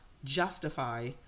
justify